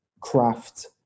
craft